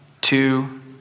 two